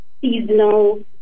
seasonal